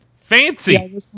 Fancy